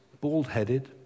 bald-headed